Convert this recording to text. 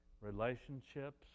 relationships